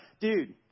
dude